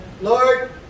Lord